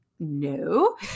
no